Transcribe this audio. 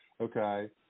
okay